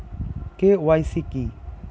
KYC কী?